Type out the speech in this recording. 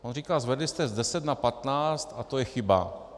On říkal zvedli jste z 10 na 15 a to je chyba.